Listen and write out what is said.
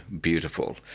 Beautiful